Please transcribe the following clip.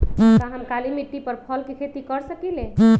का हम काली मिट्टी पर फल के खेती कर सकिले?